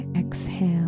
exhale